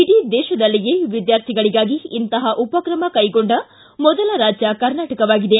ಇಡೀ ದೇಶದಲ್ಲಿಯೇ ವಿದ್ಯಾರ್ಥಿಗಳಿಗಾಗಿ ಇಂತಹ ಉಪಕ್ರಮ ಕೈಗೊಂಡ ಮೊದಲ ರಾಜ್ಯ ಕರ್ನಾಟಕವಾಗಿದೆ